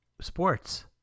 sports